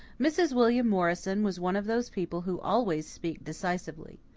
mrs. william morrison was one of those people who always speak decisively.